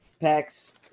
packs